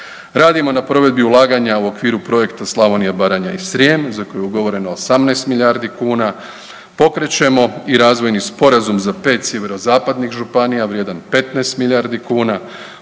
Radimo na provedbi ulaganja u okviru projekta Slavonija, Baranja i Srijem za koji je ugovoreno 18 milijardi kuna, pokrećemo i razvojni sporazum za 5 sjeverozapadnih županija vrijedan 15 milijardi kuna,